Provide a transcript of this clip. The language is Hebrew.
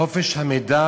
חופש המידע,